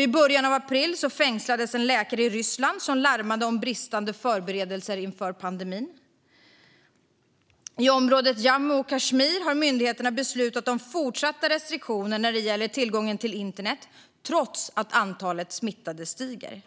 I början av april fängslades en läkare i Ryssland som larmade om bristande förberedelser inför pandemin. I området Jammu och Kashmir har myndigheterna beslutat om fortsatta restriktioner när det gäller tillgången till internet, trots att antalet smittade stiger.